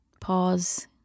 Pause